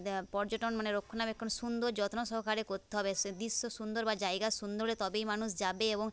পর্যটন মানে রক্ষনাবেক্ষণ সুন্দর যত্ন সহকারে করতে হবে সে দৃশ্য সুন্দর বা জায়গা সুন্দর হলে তবেই মানুষ যাবে এবং